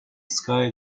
sky